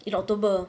in october